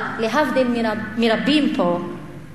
אבל, להבדיל מרבים פה,